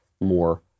more